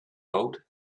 boat